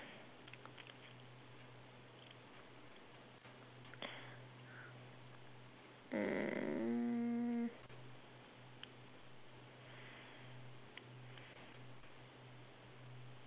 mm